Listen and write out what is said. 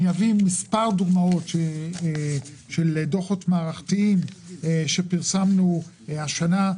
אני אביא מספר דוגמאות של דוחות מערכתיים שפרסמנו השנה,